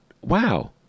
wow